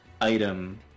item